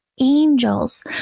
angels